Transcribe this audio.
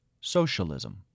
socialism